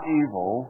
evil